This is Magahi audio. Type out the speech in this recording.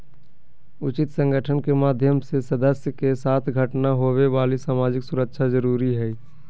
उचित संगठन के माध्यम से सदस्य के साथ घटना होवे वाली सामाजिक सुरक्षा जरुरी हइ